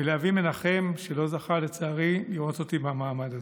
ולאבי מנחם, שלא זכה לצערי לראות אותי במעמד הזה.